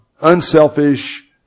unselfish